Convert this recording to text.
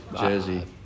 jersey